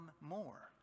more